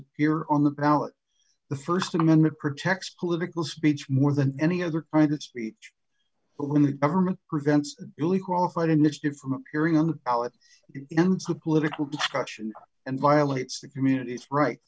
here on the ballot the st amendment protects political speech more than any other kind of speech but when the government prevents really qualified initiative from appearing on the ballot to political discussion and violates the community's right